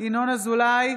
ינון אזולאי,